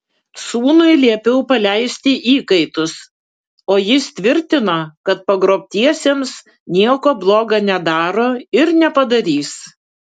sūnui liepiau paleisti įkaitus o jis tvirtino kad pagrobtiesiems nieko bloga nedaro ir nepadarys